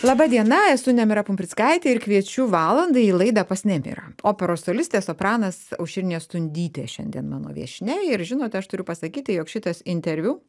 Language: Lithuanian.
laba diena esu nemira pumprickaitė ir kviečiu valandai į laidą pas nemirą operos solistė sopranas aušrinė stundytė šiandien mano viešnia ir žinote aš turiu pasakyti jog šitas interviu